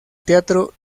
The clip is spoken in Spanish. teatro